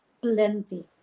plenty